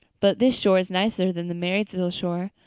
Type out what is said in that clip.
but this shore is nicer than the marysville shore.